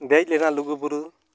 ᱫᱮᱡ ᱞᱮᱱᱟ ᱞᱩᱜᱩᱵᱩᱨᱩ